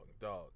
dog